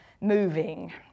moving